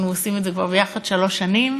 אנחנו עושים את זה יחד כבר שלוש שנים,